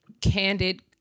candid